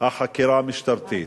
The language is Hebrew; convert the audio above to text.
החקירה המשטרתית.